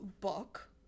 book